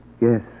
Yes